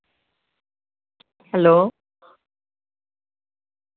hello